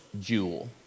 jewel